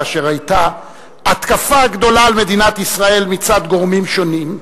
כאשר היתה התקפה גדולה על מדינת ישראל מצד גורמים שונים,